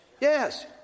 Yes